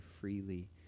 freely